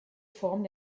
form